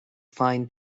fine